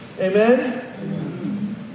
Amen